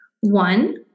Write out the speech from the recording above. one